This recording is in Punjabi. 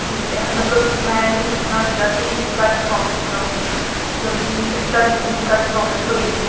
ਠੀਕ ਹੈ ਮਤਲਬ ਮੈਂ ਇਹੀ ਪੁੱਛਣਾ ਸੀਗਾ ਕਿ ਇੰਨੀ ਘੱਟ ਪ੍ਰਫੋਰਮੈਂਸ ਕਿਉਂ ਕਿਉਂਕਿ ਇੰਨੀ ਕਦੇ ਤੁਹਾਡੀ ਇੰਨੀ ਘੱਟ ਪ੍ਰਫੋਰਮੈਂਸ ਹੋਈ ਨਹੀਂ